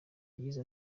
yagize